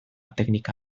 teknika